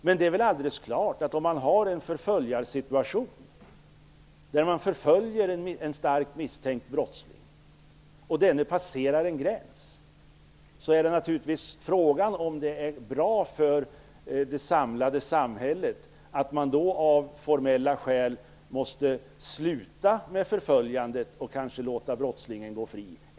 Men om man har en situation där en starkt misstänkt brottsling förföljs och passerar en gräns är väl frågan om det är bra för samhället att man av formella skäl måste sluta med förföljandet och kanske låta brottslingen gå fri.